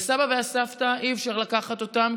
לסבא ולסבתא אי-אפשר לקחת אותם,